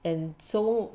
and so